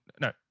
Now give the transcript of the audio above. no